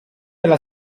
alla